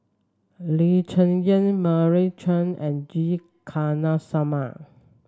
Lee Cheng Yan Meira Chand and G Kandasamy